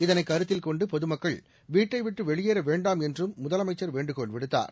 இதனைகரத்தில் கொண்டுபொதுமக்கள் வீட்டைவிட்டுவெளியேறவேண்டாம் என்றும் முதலமைச்சா் வேண்டுகோள் விடுத்தாா்